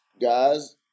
guys